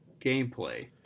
gameplay